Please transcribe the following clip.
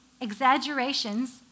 exaggerations